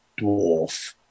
Dwarf